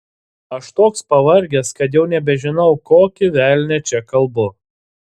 aš toks pavargęs kad jau nebežinau kokį velnią čia kalbu